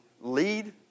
lead